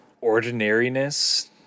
ordinariness